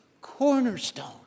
cornerstone